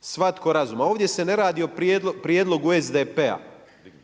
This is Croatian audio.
Svatko razuman. Ovdje se ne radi o prijedlogu SDP-a.